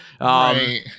Right